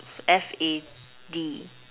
F_A_D